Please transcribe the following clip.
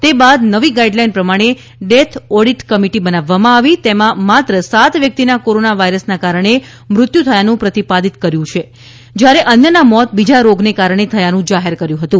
તે બાદ નવી ગાઇડલાઇન પ્રમાણે ડેથ ઓડિટ કમિટી બનાવવામાં આવી તેમાં માત્ર સાત વ્યક્તિના કોરોના વાઇરસને કારણે મૃત્યુ થયાનું પ્રતિપાદિત કર્યું છે જ્યારે અન્યના મોત બીજા રોગને કારણે થયાનું જાહેર કર્યું હતું